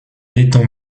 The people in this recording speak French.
étant